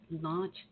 launch